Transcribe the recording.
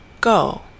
Go